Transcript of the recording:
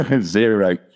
Zero